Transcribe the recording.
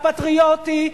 הפטריוטי,